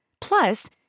Plus